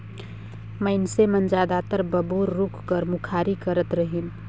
मइनसे मन जादातर बबूर रूख कर मुखारी करत रहिन